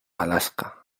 alaska